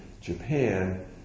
Japan